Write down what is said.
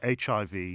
HIV